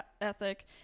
ethic